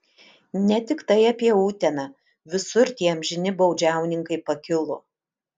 ne tiktai apie uteną visur tie amžini baudžiauninkai pakilo